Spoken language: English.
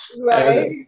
right